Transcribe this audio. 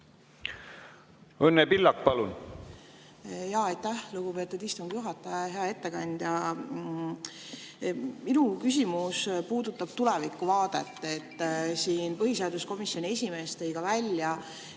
Õnne Pillak, palun!